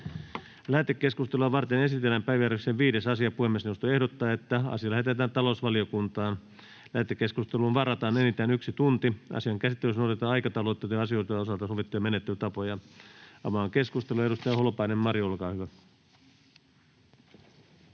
Lähetekeskustelua varten esitellään päiväjärjestyksen 5. asia. Puhemiesneuvosto ehdottaa, että asia lähetetään talousvaliokuntaan. Lähetekeskusteluun varataan enintään yksi tunti. Asian käsittelyssä noudatetaan aikataulutettujen asioiden osalta sovittuja menettelytapoja. — Avaan keskustelun. Edustaja Mari Holopainen, olkaa hyvä.